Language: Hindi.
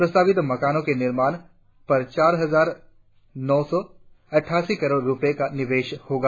प्रस्तावित मकानों के निर्माण पर चार हजार नौ सौ अटठासी करोड़ रुपये का निवेश होगा